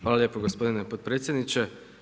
Hvala lijepo gospodine potpredsjedniče.